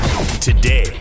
today